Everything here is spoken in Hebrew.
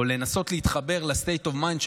לנסות להתחבר ל-state of mind.